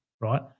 right